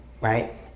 right